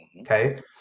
okay